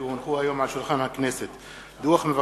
כי הונחו היום על שולחן הכנסת,